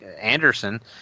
Anderson